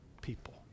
people